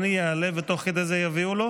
כדי זה יביאו לו?